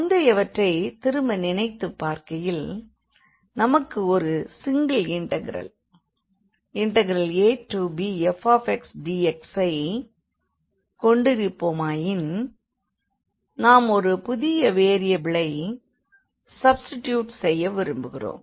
முந்தையவற்றை திரும்ப நினைத்துப் பார்க்கையில் நமக்கு ஒரு சிங்கிள் இண்டெக்ரல் abfdx ஐக் கொண்டிருப்போமாயின் நாம் ஒரு புதிய வேரியபிளை சப்ஸ்டிடியுட் செய்ய விரும்புவோம்